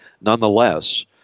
Nonetheless